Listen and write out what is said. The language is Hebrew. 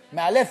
מאלפת.